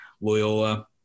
Loyola